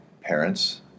parents